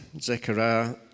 Zechariah